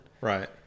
Right